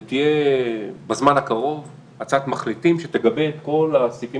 ותהיה בזמן הקרוב הצעת מחליטים שתגבה את כל הסעיפים